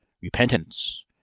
Repentance